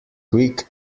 quick